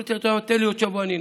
אומרת לי: תן לי עוד שבוע, אנסה.